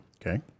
Okay